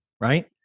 right